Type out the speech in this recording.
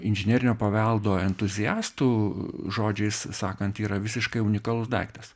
inžinerinio paveldo entuziastų žodžiais sakant yra visiškai unikalus daiktas